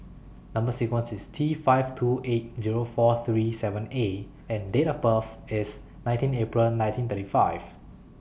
Number sequence IS T five two eight Zero four three seven A and Date of birth IS nineteen April nineteen thirty five